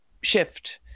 shift